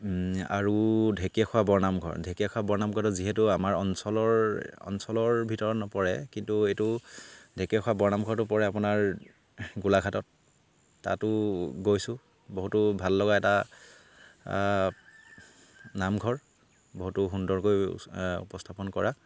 আৰু ঢেকীয়াখোৱা বৰনামঘৰ ঢেকীয়াখোৱা বৰনামঘৰত যিহেতু আমাৰ অঞ্চলৰ অঞ্চলৰ ভিতৰত নপৰে কিন্তু এইটো ঢেকীয়াখোৱা বৰনামঘৰটো পৰে আপোনাৰ গোলাঘাটত তাতো গৈছোঁ বহুতো ভাল লগা এটা নামঘৰ বহুতো সুন্দৰকৈ উপস্থাপন কৰা